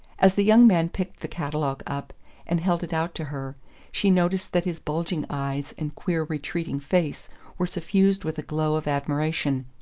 as the young man picked the catalogue up and held it out to her she noticed that his bulging eyes and queer retreating face were suffused with a glow of admiration.